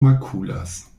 makulas